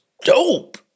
dope